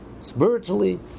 spiritually